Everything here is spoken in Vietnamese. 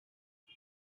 hay